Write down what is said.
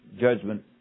judgment